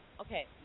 Okay